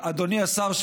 אדוני השר,